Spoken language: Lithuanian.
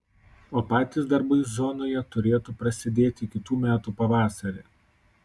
o patys darbai zonoje turėtų prasidėti kitų metų pavasarį